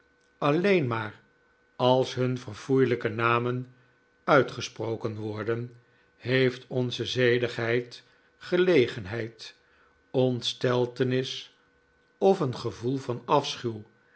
alleen maar als hun verfoeilijke namen uitgesproken worden heeft onze zedighefd gelegenheid ontsteltenis of een gevoel van